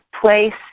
place